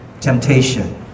temptation